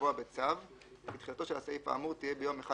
לקבוע בצו כי תחילתו של הסעיף האמור תהיה ביום 1